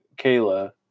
Kayla